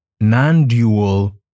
non-dual